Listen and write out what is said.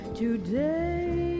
today